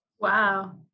Wow